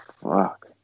fuck